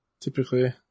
typically